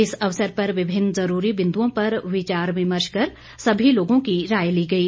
इस अवसर पर विभिन्न जरूरी बिंदुओं पर विचार विमर्श कर सभी लोगों की राय ली गई